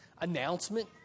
announcement